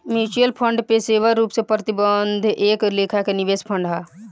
mutual fund पेशेवर रूप से प्रबंधित एक लेखा के निवेश फंड हा